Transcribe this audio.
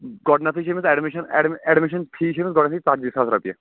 گۄڈنٮ۪تھٕے چھِ أمِس اَیٚڈمِشَن ایڈم اَیٚڈمِشَن فی چھِ أمِس گۄڈنٮ۪تھٕے ژَتجی ساس رۄپیہِ